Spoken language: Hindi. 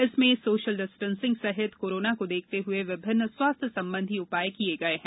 इसमें सोशल डिस्टेंसिंग सहित कोरोना को देखते हुए विभिन्न स्वास्थ्य संबंधी उपाय किये गये हैं